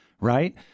Right